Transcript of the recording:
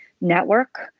network